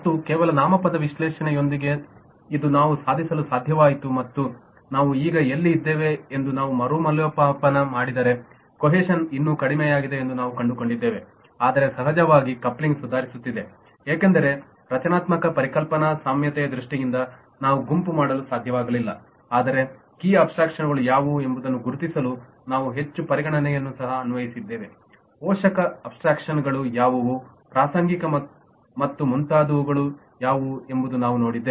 ಮತ್ತು ಕೇವಲ ನಾಮಪದ ವಿಶ್ಲೇಷಣೆಯೊಂದಿಗೆ ಇದು ನಾವು ಸಾಧಿಸಲು ಸಾಧ್ಯವಾಯಿತು ಮತ್ತು ನಾವು ಈಗ ಎಲ್ಲಿ ಇದ್ದೇವೆ ಎಂದು ನೀವು ಮರುಮೌಲ್ಯಮಾಪನ ಮಾಡಿದರೆ ಕೊಹೇಷನ್ ಇನ್ನೂ ಕಡಿಮೆಯಾಗಿದೆ ಎಂದು ನಾವು ಕಂಡುಕೊಂಡಿದ್ದೇವೆ ಆದರೆ ಸಹಜವಾಗಿ ಕಪ್ಲಿನ್ಗ್ ಸುಧಾರಿಸುತ್ತಿದೆ ಏಕೆಂದರೆ ರಚನಾತ್ಮಕ ಮತ್ತು ಪರಿಕಲ್ಪನಾ ಸಾಮ್ಯತೆಯ ದೃಷ್ಟಿಯಿಂದ ನಾವು ಗುಂಪು ಮಾಡಲು ಸಾಧ್ಯವಾಗಲಿಲ್ಲ ಆದರೆ ಕೀ ಅಬ್ಸ್ಟ್ರಾಕ್ಷನ್ಗಳು ಯಾವುವು ಎಂಬುದನ್ನು ಗುರುತಿಸಲು ನಾವು ಹೆಚ್ಚಿನ ಪರಿಗಣನೆಗಳನ್ನು ಸಹ ಅನ್ವಯಿಸಿದ್ದೇವೆ ಪೋಷಕ ಅಬ್ಸ್ಟ್ರಾಕ್ಷನ್ ಗಳು ಯಾವುವು ಪ್ರಾಸಂಗಿಕ ಮತ್ತು ಮುಂತಾದವು ಎಂದು ನಾವು ನೋಡಿದ್ದೇವೆ